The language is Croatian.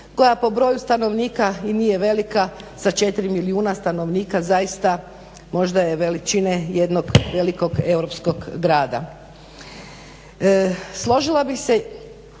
koja po broju stanovnika i nije velika sa 4 milijuna stanovnika zaista možda je veličine jednog velikog europskog grada.